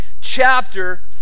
chapter